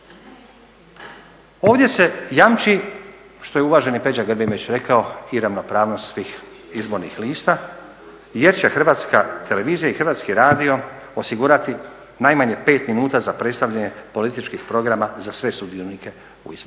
Ovdje se jamči što je uvaženi Peđa Grbin već rekao i ravnopravnost svih izbornih lista jer će Hrvatska televizija i Hrvatski radio osigurati najmanje pet minuta za predstavljanje političkih programa za sve sudionike u izborima.